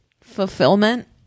Fulfillment